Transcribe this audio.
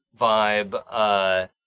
vibe